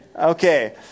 Okay